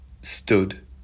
stood